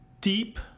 deep